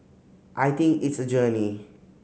I think it's a journey